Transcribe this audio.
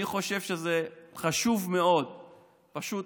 אני חושב שזה חשוב מאוד פשוט